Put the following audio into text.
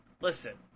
Listen